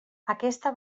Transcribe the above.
aquesta